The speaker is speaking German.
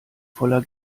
voller